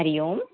हरिः ओम्